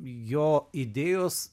jo idėjos